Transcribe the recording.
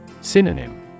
Synonym